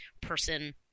person